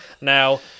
Now